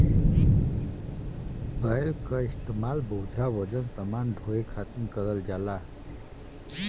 बैल क इस्तेमाल बोझा वजन समान ढोये खातिर करल जाला